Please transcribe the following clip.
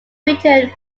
written